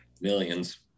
Millions